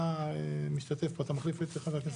אתה משתתף פה, אתה מחליף את חבר הכנסת סובה?